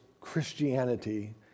Christianity